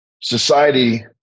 society